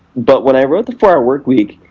but when i wrote the four hour workweek,